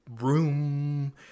room